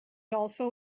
also